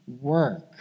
work